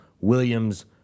Williams